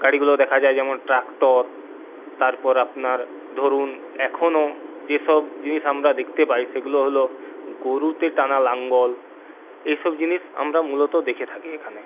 গাড়িগুলো দেখা যায় যেমন ট্রাক্টর তারপর আপনার ধরুন এখনও যেসব জিনিস আমরা দেখতে পাই সেগুলো হল গরুতে টানা লাঙ্গল এসব জিনিস আমরা মূলত দেখে থাকি এখানে